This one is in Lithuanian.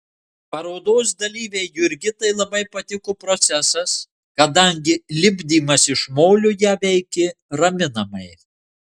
parodos dalyvei jurgitai labai patiko procesas kadangi lipdymas iš molio ją veikė raminamai